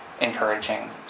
encouraging